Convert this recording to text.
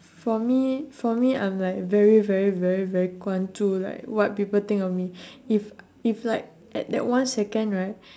for me for me I'm like very very very very 关注：guan zhu like what people think of me if if like at that one second right